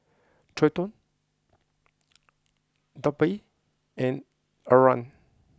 Treyton Darby and Arah